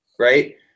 Right